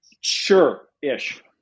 Sure-ish